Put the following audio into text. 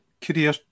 career